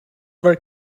were